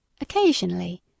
Occasionally